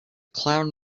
cloud